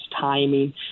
timing